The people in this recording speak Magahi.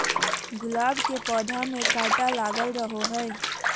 गुलाब के पौधा में काटा लगल रहो हय